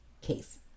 case